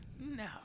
No